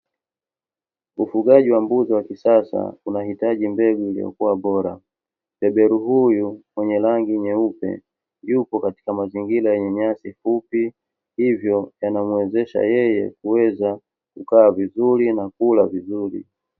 Ufugaji wa mbuzi wa kisasa unahitaji mbegu iliyokuwa bora, beberu huyu mwenye rangi nyeupe yupo katika mazingira yenye nyasi fupi, hivyo yanamwezesha yeye kuweza kukaa vizuri, na kula vizuri.